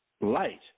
light